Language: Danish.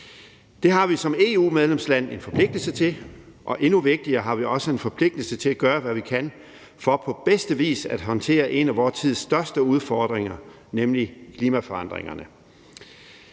Det har vi som EU-medlemsland en forpligtelse til, og endnu vigtigere er det, at vi også har en forpligtelse til at gøre, hvad vi kan, for på bedste vis at håndtere en af vor tids største udfordringer, nemlig klimaforandringerne.